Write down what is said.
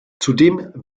zudem